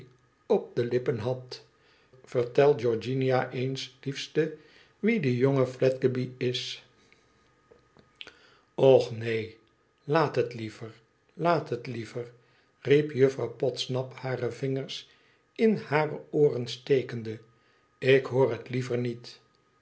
op de lippen had vertel georgiana eens liefete wie de jonge fledgeby is och neen laat het liever laat het liever riep juffrouw podsnap hare vingers in hare ooren stekende tik hoor het liever niet